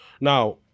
Now